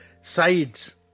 sides